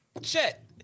Chet